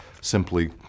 simply